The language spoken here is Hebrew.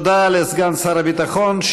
תודה לסגן שר הביטחון.